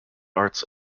arts